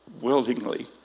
willingly